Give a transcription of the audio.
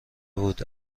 بود